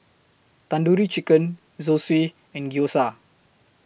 Tandoori Chicken Zosui and Gyoza